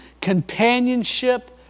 companionship